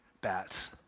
bats